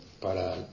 para